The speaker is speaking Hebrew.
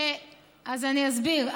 אז אני אסביר.